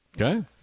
Okay